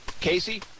Casey